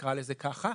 נקרא לזה ככה,